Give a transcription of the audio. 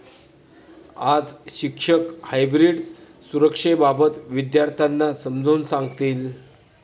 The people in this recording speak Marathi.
आज शिक्षक हायब्रीड सुरक्षेबाबत विद्यार्थ्यांना समजावून सांगतील